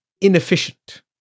inefficient